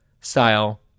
style